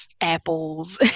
apples